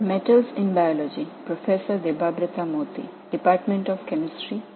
வணக்கம் நீங்கள் அனைவரும் எப்படி இருக்கிறீர்கள்